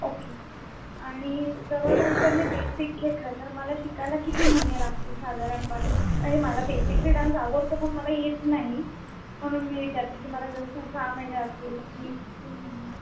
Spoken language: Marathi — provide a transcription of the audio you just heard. ओके आणि जवळपास जर मी बेसिक घेतलं तर मला शिकायला किती महिने लागतील साधारणपणे काय आहे मला बेसिकली डांस आवडतो पण मला येत नाही म्हणून मी विचारते की मला जसं सहा महिने लागतील की तीन